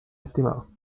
estimado